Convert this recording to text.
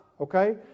okay